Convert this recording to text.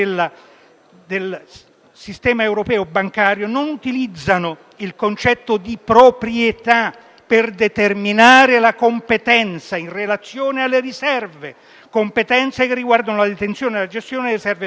del Sistema europeo bancario non utilizzano il concetto di proprietà per determinare la competenza in relazione alle riserve, competenze che riguardano la detenzione e la gestione delle riserve stesse.